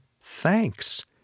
thanks